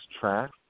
track